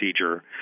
procedure